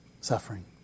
suffering